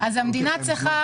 המדינה צריכה